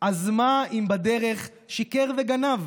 אז מה אם בדרך שיקר וגנב.